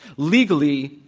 legally,